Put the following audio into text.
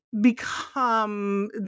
become